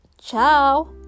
ciao